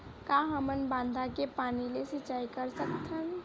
का हमन बांधा के पानी ले सिंचाई कर सकथन?